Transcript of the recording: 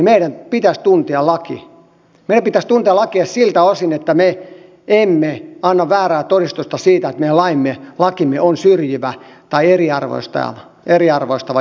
meidän pitäisi tuntea lakia siltä osin että me emme anna väärää todistusta siitä että meidän lakimme on syrjivä tai eriarvoistava joitain henkilöitä kohtaan